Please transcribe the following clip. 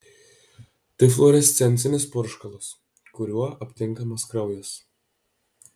tai fluorescencinis purškalas kuriuo aptinkamas kraujas